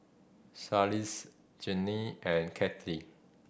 Charlize Jinnie and Cathy